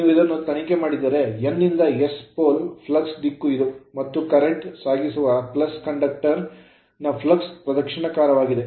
ನೀವು ಇದನ್ನು ತನಿಖೆ ಮಾಡಿದರೆ N ನಿಂದ S pole pole flux flux ನ ದಿಕ್ಕು ಇದು ಮತ್ತು current ಕರೆಂಟ್ ಸಾಗಿಸುವ conductor ಕಂಡಕ್ಟರ್ ನ flux ಫ್ಲಕ್ಸ್ ಪ್ರದಕ್ಷಿಣಾಕಾರವಾಗಿದೆ